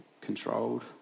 Controlled